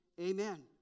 amen